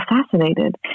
assassinated